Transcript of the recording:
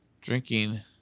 drinking